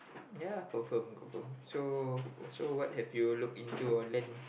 ya confirm confirm so so what have you look into or land